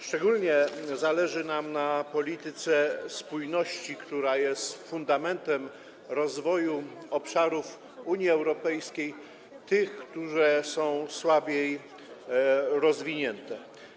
Szczególnie zależy nam na polityce spójności, która jest fundamentem rozwoju obszarów Unii Europejskiej, które są słabiej rozwinięte.